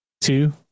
two